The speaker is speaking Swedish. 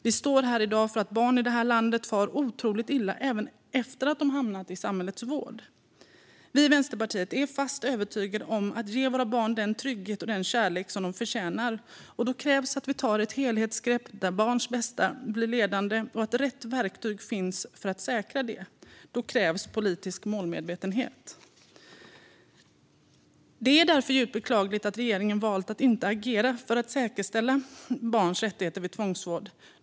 Vi står här i dag därför att barn i det här landet far otroligt illa även efter att de hamnat i samhällets vård. Vi i Vänsterpartiet är fast övertygade om att ge våra barn den trygghet och den kärlek som de förtjänar. Då krävs att vi tar ett helhetsgrepp där barns bästa blir ledande och att rätt verktyg finns för att säkra det. Då krävs politisk målmedvetenhet. Det är därför djupt beklagligt att regeringen valt att inte agera för att säkerställa barns rättigheter vid tvångsvård.